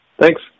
Thanks